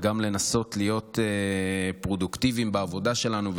וגם לנסות להיות פרודוקטיביים בעבודה שלנו,